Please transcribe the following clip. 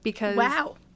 Wow